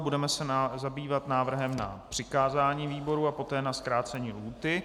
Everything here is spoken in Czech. Budeme se zabývat návrhem na přikázání výboru a poté na zkrácení lhůty.